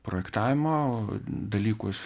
projektavimo dalykus